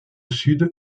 sud